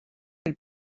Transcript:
elle